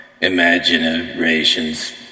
imaginations